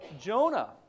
Jonah